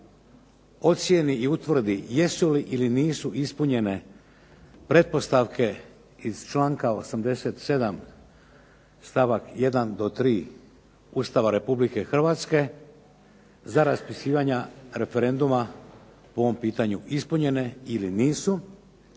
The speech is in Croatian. ocijeni i utvrdi jesu li ili nisu ispunjene pretpostavka iz članka 87. stavak 1. do 3. Ustava Republike Hrvatske, za raspisivanje referenduma u ovom pitanju ispunjene ili nisu,